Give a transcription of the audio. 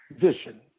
vision